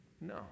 No